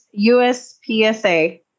USPSA